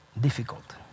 difficult